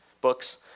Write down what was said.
books